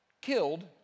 killed